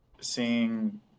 seeing